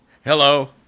hello